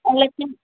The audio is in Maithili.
लेकिन